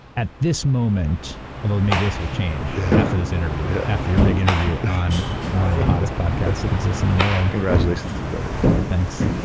at this moment, although maybe this will change yeah after this interview. yeah. after your big interview on one of the hottest podcasts that exists in the world. congratulations to you, by the way. thanks.